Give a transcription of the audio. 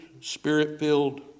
spirit-filled